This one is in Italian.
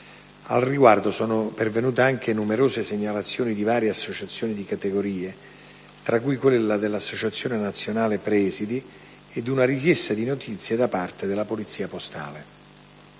Al riguardo sono pervenute anche numerose segnalazioni di varie associazioni di categoria, tra cui quella dell'Associazione nazionale presidi ed una richiesta di notizie da parte della Polizia postale.